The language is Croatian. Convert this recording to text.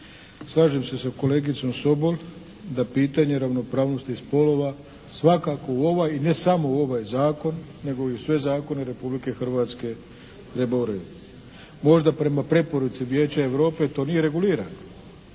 Slažem se sa kolegicom Sobol da pitanja ravnopravnosti spolova svakako u ovoj i ne samo u ovaj zakon, nego i u sve zakone Republike Hrvatske …/Govornik se ne razumije./… Možda prema preporuci Vijeća Europe to nije regulirano